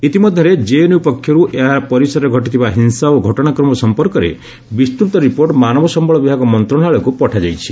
ଇତିମଧ୍ୟରେ ଜେଏନ୍ୟୁ ପକ୍ଷରୁ ଏହା ପରିସରରେ ଘଟିଥିବା ହିଂସାକାଣ୍ଡ ସମ୍ପର୍କରେ ବିସ୍ତୃତ ରିପୋର୍ଟ ମାନବ ସମ୍ଭଳ ବିଭାଗ ମନ୍ତ୍ରଣାଳୟକ୍ତ ପଠାଯାଇଛି